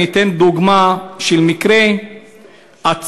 אתן דוגמה של מקרה עצוב,